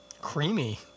creamy